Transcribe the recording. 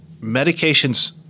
medications